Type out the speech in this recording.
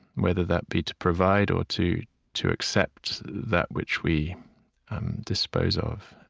whether that be to provide or to to accept that which we dispose of.